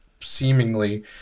seemingly